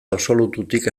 absolututik